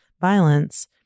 violence